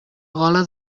gola